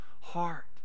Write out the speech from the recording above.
heart